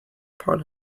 upon